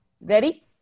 Ready